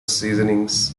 seasonings